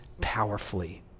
powerfully